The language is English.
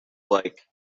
like